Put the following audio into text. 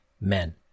men